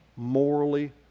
Morally